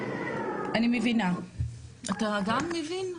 אני מבינה, אתה גם מבין?